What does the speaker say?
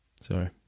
sorry